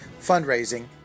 Fundraising